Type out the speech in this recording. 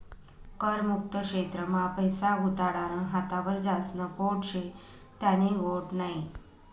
कर मुक्त क्षेत्र मा पैसा गुताडानं हातावर ज्यास्न पोट शे त्यानी गोट नै